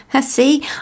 See